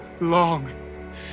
long